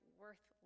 worth